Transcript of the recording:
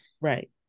Right